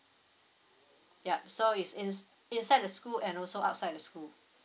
ya so is in inside the school and also outside the school